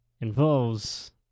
involves